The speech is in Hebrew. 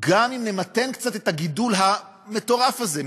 גם אם נמתן קצת את הגידול המטורף הזה,